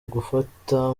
gufata